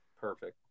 Perfect